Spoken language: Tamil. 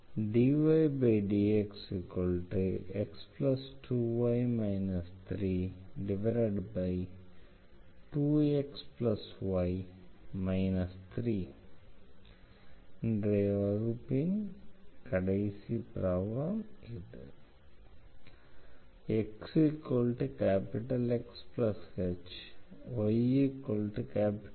dydxx2y 32xy 3 இன்றைய வகுப்பின் கடைசி ப்ராப்ளம்